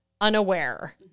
unaware